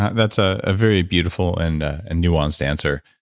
that's a ah very beautiful and and nuance answer.